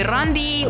Randy